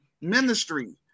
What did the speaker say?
ministry